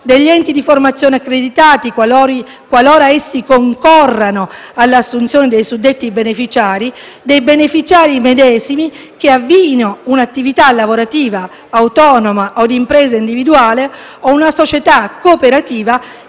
degli enti di formazione accreditati, qualora essi concorrano all'assunzione dei suddetti beneficiari; dei beneficiari medesimi che avviino un'attività lavorativa autonoma o di impresa individuale o una società cooperativa